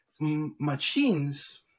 Machines